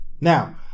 Now